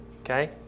okay